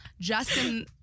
Justin